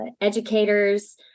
educators